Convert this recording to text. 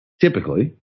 Typically